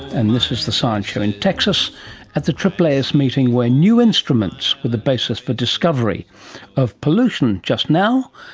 and this is the science show in texas at the aaas meeting, where new instruments were the basis for discovery of pollution just now,